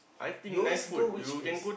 you always go which place